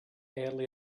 early